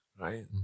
right